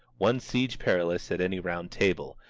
one siege perilous at any round table.